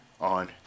on